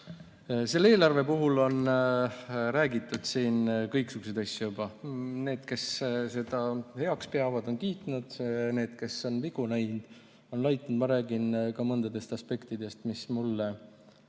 Selle eelarve puhul on räägitud siin juba kõiksuguseid asju. Need, kes seda heaks peavad, on kiitnud. Need, kes on vigu näinud, on laitnud. Ma räägin ka mõnest aspektist, mis mulle